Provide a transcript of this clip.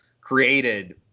created